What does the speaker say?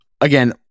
again